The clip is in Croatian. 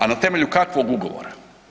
A na temelju kakvog ugovora?